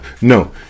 No